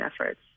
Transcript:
efforts